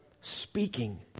speaking